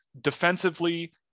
Defensively